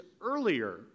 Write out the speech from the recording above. earlier